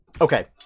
Okay